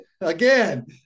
Again